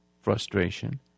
frustration